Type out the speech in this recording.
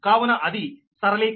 కావున అది సరళీకరణ